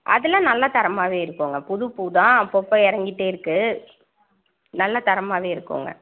அதெலாம் நல்ல தரமாகவே இருக்குதுங்க புது பூதான் அப்பப்போ இறங்கிட்டே இருக்குது நல்ல தரமாகவே இருக்குதுங்க